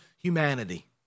humanity